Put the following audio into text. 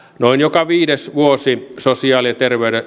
noin joka viides vuosi sosiaali ja